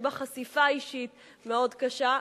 שיש בה חשיפה אישית מאוד קשה,